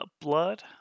blood